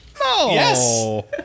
Yes